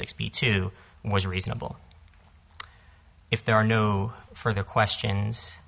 sixty two was reasonable if there are new further questions